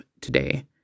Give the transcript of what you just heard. today